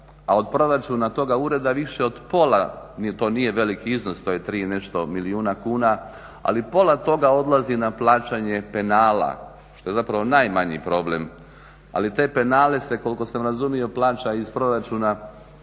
a od proračuna toga ureda više od pola i to nije veliki iznos, to je 3 i nešto milijuna kuna, ali pola toga odlazi na plaćanje penale što je zapravo najmanji problem ali te penale se koliko sam razumio plaća iz proračuna